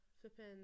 flipping